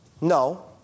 No